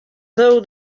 though